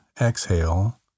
exhale